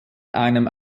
einem